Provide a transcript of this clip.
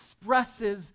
expresses